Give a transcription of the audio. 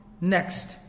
next